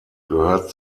gehört